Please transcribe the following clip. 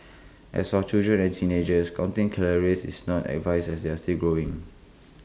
as for children and teenagers counting calories is not advised as they are still growing